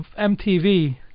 MTV